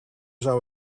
zou